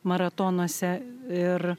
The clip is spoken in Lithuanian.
maratonuose ir